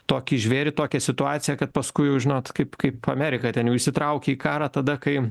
tokį žvėrį tokią situaciją kad paskui jau žinot kaip kaip amerika ten jau įsitraukė į karą tada kai